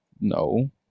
No